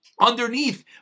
underneath